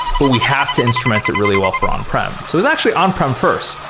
but we have to instrument it really well for on-prem. it was actually on-prem first,